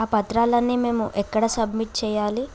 ఆ పత్రాలు అన్నీ మేము ఎక్కడ సబ్మిట్ చేయాలి